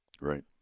Right